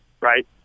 right